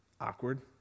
awkward